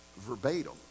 verbatim